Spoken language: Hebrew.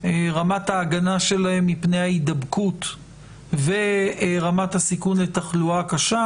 רמת ההגנה שלהם מפני ההידבקות ורמת הסיכון לתחלואה קשה,